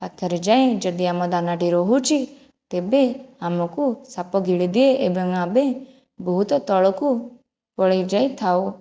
ପାଖରେ ଯାଇ ଯଦି ଆମ ଦାନାଟି ରହୁଛି ତେବେ ଆମକୁ ସାପ ଗିଳିଦିଏ ଏବଂ ଆମେ ବହୁତ ତଳକୁ ପଳାଇ ଯାଇଥାଉ